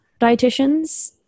dietitians